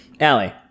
Allie